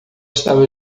estava